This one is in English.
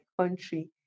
country